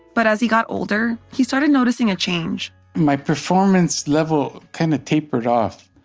but as he got older, he started noticing a change my performance level kind of tapered off.